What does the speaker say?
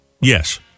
Yes